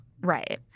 right